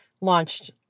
launched